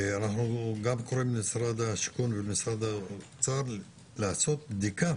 אנחנו גם קוראים למשרד השיכון והאוצר לעשות בדיקה